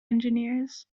engineers